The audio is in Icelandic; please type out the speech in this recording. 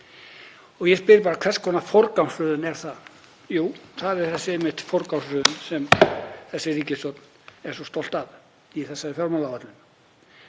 Ég spyr bara: Hvers konar forgangsröðun er það? Jú, það er einmitt sú forgangsröðun sem þessi ríkisstjórn er svo stolt af í þessari fjármálaáætlun.